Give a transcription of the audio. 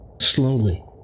slowly